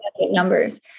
numbers